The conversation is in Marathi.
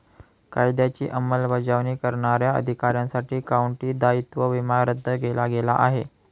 कायद्याची अंमलबजावणी करणाऱ्या अधिकाऱ्यांसाठी काउंटी दायित्व विमा रद्द केला गेला आहे